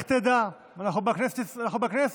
לך תדע, אנחנו בכנסת,